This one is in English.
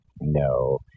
No